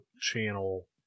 channel